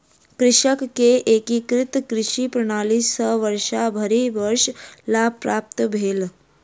कृषक के एकीकृत कृषि प्रणाली सॅ वर्षभरि वर्ष लाभ प्राप्त भेल